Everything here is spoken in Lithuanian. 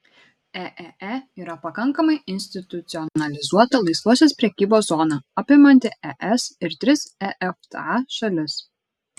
eee yra pakankamai institucionalizuota laisvosios prekybos zona apimanti es ir tris efta šalis